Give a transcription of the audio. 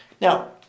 Now